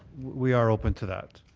we are open to that.